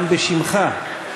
גם בשמך.